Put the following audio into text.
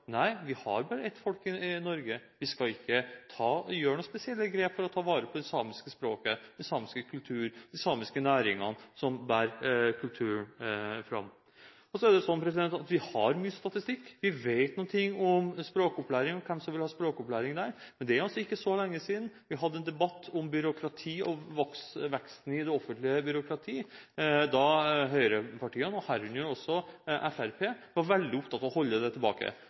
nei, vi har bare ett folk i Norge, vi skal ikke gjøre noen spesielle grep for å ta vare på det samiske språket, den samiske kulturen og de samiske næringene som bærer kulturen fram. Så er det slik at vi har mye statistikk, vi vet noe om språkopplæring, om hvem som vil ha språkopplæring. Men det er altså ikke så lenge siden vi hadde en debatt om byråkrati og veksten i det offentlige byråkrati, da høyrepartiene, deriblant også Fremskrittspartiet, var veldig opptatt av å holde det